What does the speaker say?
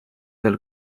del